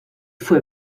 fue